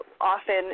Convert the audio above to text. often